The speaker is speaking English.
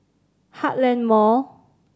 Heartland Mall